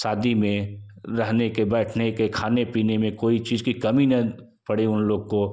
शादी में रहने के बैठने के खाने पीने में कोई चीज की कमी न पड़े उन लोग को